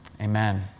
amen